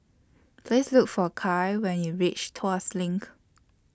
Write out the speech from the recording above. Please Look For Kya when YOU REACH Tuas LINK